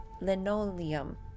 linoleum